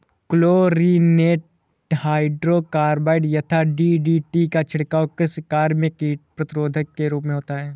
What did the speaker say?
chlorinated hydrocarbon यथा DDT का छिड़काव कृषि कार्य में कीट प्रतिरोधी के रूप में होता है